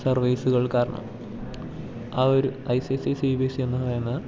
സർവീസുകൾ കാരണം ആ ഒരു I C S C B S C എന്നു പറയുന്ന